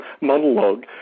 monologue